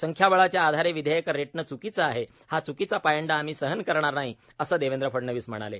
संख्याबळाच्या आधारे विधेयक रेटणे च्कीचं आहे हा च्कीचा पायंडा आम्ही सहन करणार नाही असं देवेंद्र फडणवीस म्हणाले